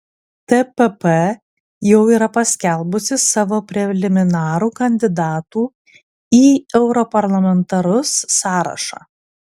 tpp jau yra paskelbusi savo preliminarų kandidatų į europarlamentarus sąrašą